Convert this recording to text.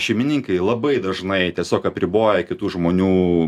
šeimininkai labai dažnai tiesiog apriboja kitų žmonių